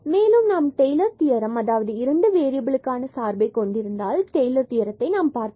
மேலும் நாம் Taylor theorem அதாவது 2 வேறியபில்களுக்கான சார்புகளை கொண்டிருந்தால் டெய்லர் தியரத்தை நாம் பார்த்தோம்